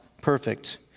perfect